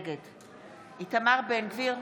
נגד איתמר בן גביר,